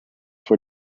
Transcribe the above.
for